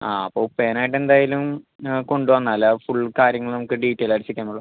ആ അപ്പോൾ ഉപ്പേനെ എന്തായാലും ആ കൊണ്ട് വന്നാൽ ഫുൾ കാര്യങ്ങൾ നമുക്ക് ഡീറ്റെയിലായിട്ട് ചെക്ക് ചെയ്യുന്നുള്ളൂ